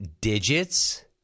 digits